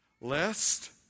Lest